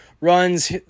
runs